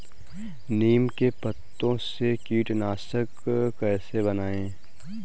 नीम के पत्तों से कीटनाशक कैसे बनाएँ?